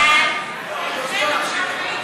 ההצעה להעביר